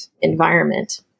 environment